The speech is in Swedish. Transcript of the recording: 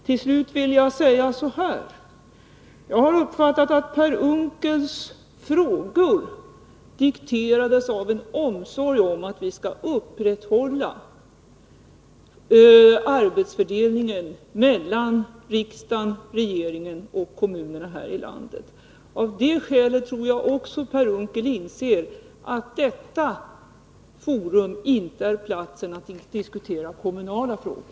Till slut vill jag säga att jag har uppfattat att Per Unckels fråga dikterades av en omsorg om att vi skall upprätthålla arbetsfördelningen mellan riksdag, regering och kommuner här i landet. Av det skälet tror jag att även Per Unckel inser att detta forum inte är platsen för att diskutera kommunala frågor.